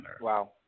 Wow